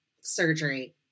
surgery